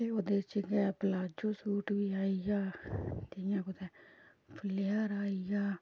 ते ओह्दे च गै प्लाजो सूट बी आई गेआ जियां कुदै फुल्लेहारा आई गेआ